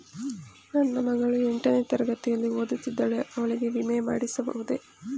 ನನ್ನ ಮಗಳು ಎಂಟನೇ ತರಗತಿಯಲ್ಲಿ ಓದುತ್ತಿದ್ದಾಳೆ ಅವಳಿಗೆ ವಿಮೆ ಮಾಡಿಸಬಹುದೇ?